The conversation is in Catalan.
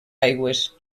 aigües